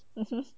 mmhmm